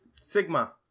Sigma